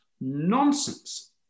nonsense